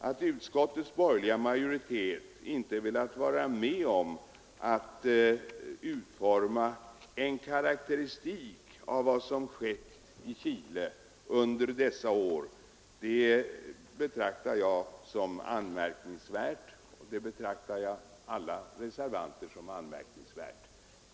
Att utskottets borgerliga majoritet inte velat vara med om att utforma en karakteristik av vad som skett i Chile under dessa år betraktar jag och övriga undertecknare av det särskilda yttrandet som anmärkningsvärt.